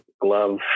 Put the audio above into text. glove